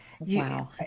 wow